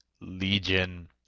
Legion